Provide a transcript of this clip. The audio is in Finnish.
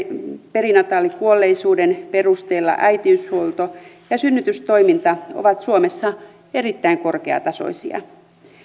perinataalikuolleisuuden perusteella äitiyshuolto ja synnytystoiminta ovat suomessa erittäin korkeatasoisia